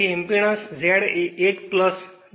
તેથી impedance Z એ 8 જે 6 Ω હશે